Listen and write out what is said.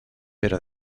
pero